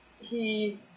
he-